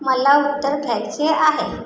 मला उत्तर घ्यायचे आहे